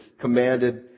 commanded